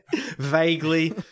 Vaguely